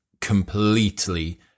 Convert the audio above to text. completely